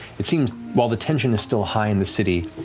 it seems while the tension is still high in the city,